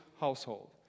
household